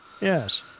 Yes